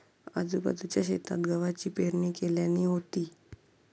आजूबाजूच्या शेतात गव्हाची पेरणी केल्यानी होती